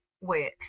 work